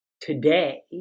today